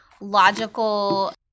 logical